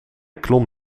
klom